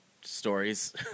stories